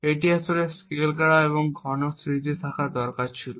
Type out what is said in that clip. এটি আসলে স্কেল করা এবং আরও ঘন স্মৃতি থাকা দরকার ছিল